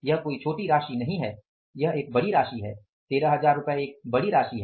यह कोई छोटी राशि नहीं है यह एक बड़ी राशि है 13000 रुपये एक बड़ी राशि है